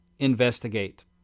investigate